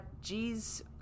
G's